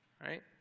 right